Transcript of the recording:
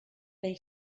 they